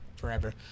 Forever